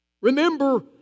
Remember